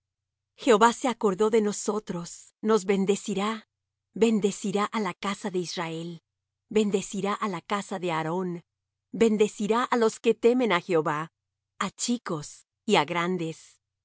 jehová se acordó de nosotros nos bendecirá bendecirá á la casa de israel bendecirá á la casa de aarón bendecirá á los que temen á jehová a chicos y á grandes